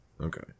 Okay